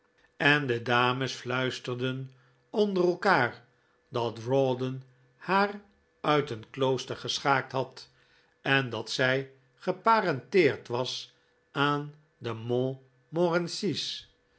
en de dames fluisterden onder elkaar dat rawdon haar uit een klooster geschaakt had en dat zij geparenteerd was aan de